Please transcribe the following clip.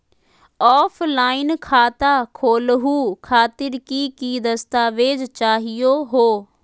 Offline खाता खोलहु खातिर की की दस्तावेज चाहीयो हो?